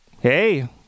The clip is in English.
Hey